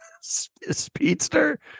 speedster